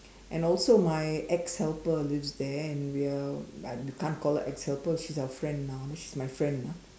and also my ex helper lives there and we are we can't call her ex helper she's my friend now she's my friend ah